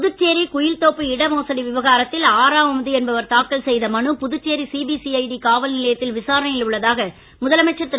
புதுச்சேரி குயில் தோப்பு இட மோசடி விவகாரத்தில் ஆராவமுது என்பவர் தாக்கல் செய்த மனு புதுச்சேரி சிபிசிஐடி காவல் நிலையத்தில் விசாரணையில் உள்ளதாக முதலமைச்சர் திரு